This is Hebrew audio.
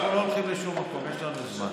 אנחנו לא הולכים לשום מקום, יש לנו זמן.